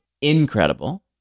incredible